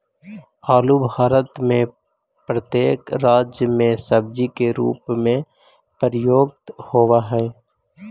आलू भारत में प्रत्येक राज्य में सब्जी के रूप में प्रयुक्त होवअ हई